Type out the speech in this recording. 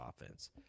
offense